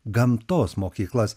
gamtos mokyklas